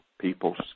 people's